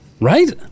Right